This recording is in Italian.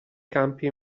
campi